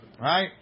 right